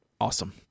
Awesome